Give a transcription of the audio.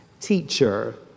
teacher